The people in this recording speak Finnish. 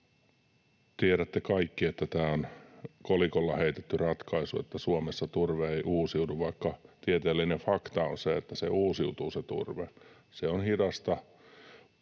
Tiedätte kaikki, että tämä on kolikolla heitetty ratkaisu, että Suomessa turve ei uusiudu, vaikka tieteellinen fakta on se, että turve uusiutuu. Se on hidasta: